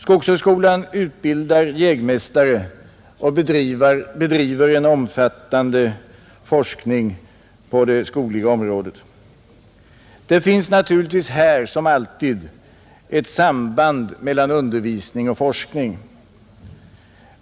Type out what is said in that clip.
Skogshögskolan utbildar jägmästare och bedriver en omfattande forskning på det skogliga området. Det finns naturligtvis här som alltid ett samband mellan undervisning och forskning.